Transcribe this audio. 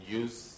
use